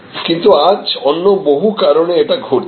কিন্তু আজ অন্য বহু কারণে এটা ঘটছে